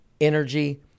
energy